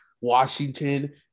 Washington